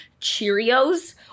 Cheerios